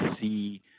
see